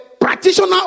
practitioner